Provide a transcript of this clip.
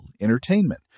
entertainment